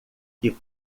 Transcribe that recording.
que